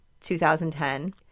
2010